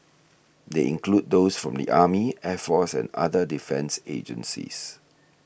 they include those from the army air force and other defence agencies